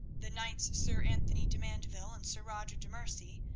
the knights sir anthony de mandeville and sir roger de merci,